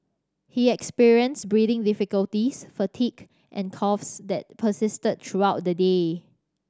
he experienced breathing difficulties fatigue and coughs that persisted throughout the day